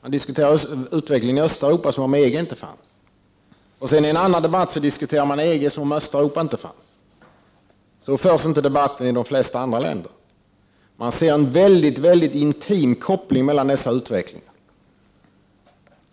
Han diskuterar utvecklingen i Östeuropa som om EG inte fanns. I en annan debatt diskuterar man EG som om Östeuropa inte fanns. Så förs inte debatten i de flesta andra länder. Man ser en väldigt intim koppling mellan utvecklingen